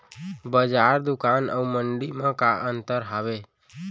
बजार, दुकान अऊ मंडी मा का अंतर हावे?